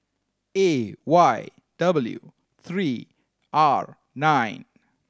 A Y W three R nine